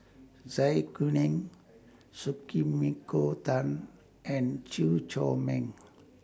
Zai Kuning Tan and Chew Chor Meng